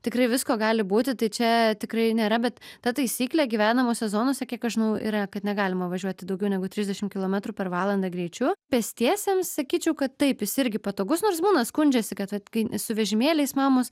tikrai visko gali būti tai čia tikrai nėra bet ta taisyklė gyvenamose zonose kiek aš žinau yra kad negalima važiuoti daugiau negu trisdešim kilometrų per valandą greičiu pėstiesiems sakyčiau kad taip jis irgi patogus nors būna skundžiasi kad vat kai su vežimėliais mamos